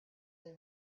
they